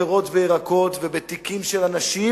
פירות וירקות ובתיקים של אנשים,